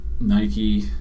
Nike